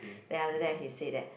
then after that he said that